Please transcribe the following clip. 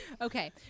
okay